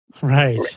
Right